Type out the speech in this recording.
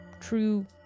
true